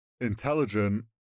intelligent